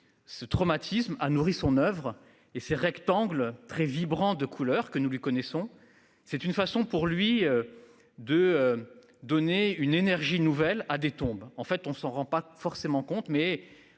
ce traumatisme a nourri son oeuvre et ses rectangles très vibrant de couleurs que nous lui connaissons. C'est une façon pour lui. De. Donner une énergie nouvelle à des tombes en fait on s'en rend pas forcément compte mais